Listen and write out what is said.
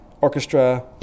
orchestra